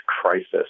crisis